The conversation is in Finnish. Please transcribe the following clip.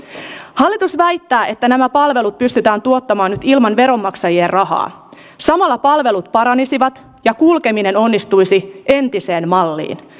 hallitus väittää että nämä palvelut pystytään tuottamaan nyt ilman veronmaksajien rahaa samalla palvelut paranisivat ja kulkeminen onnistuisi entiseen malliin